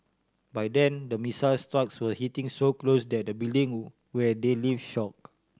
by then the missile strikes were hitting so close that the building where they live shook